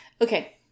okay